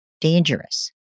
dangerous